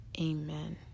amen